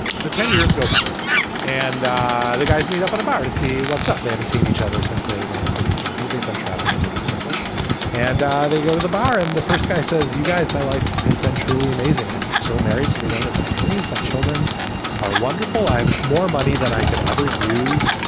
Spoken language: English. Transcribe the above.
so ten years go by and the guys meet up in a bar to see what's up, they haven't seen each other since they ran into the genie. they've been travelling in different circles and they go to the bar and the first guy says, you guys, my life has been truly amazing i'm still married to the one of my dreams. my children are wonderful. i have more money than i could ever use.